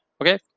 Okay